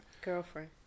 Girlfriend